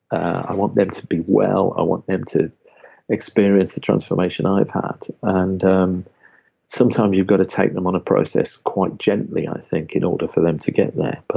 i want them to be well. i want them to experience the transformation i've had. and um sometimes you've got to take them on a process quite gently, i think, in order for them to get there.